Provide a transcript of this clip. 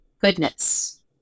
goodness